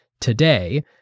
today